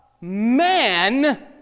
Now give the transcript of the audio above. man